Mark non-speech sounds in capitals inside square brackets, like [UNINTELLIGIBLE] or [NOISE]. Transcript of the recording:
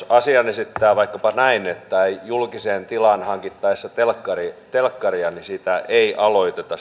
[UNINTELLIGIBLE] asian voi esittää vaikkapa näin että julkiseen tilaan hankittaessa telkkaria telkkaria sitä kaupankäyntiä ei aloiteta [UNINTELLIGIBLE]